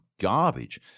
garbage